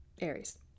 Aries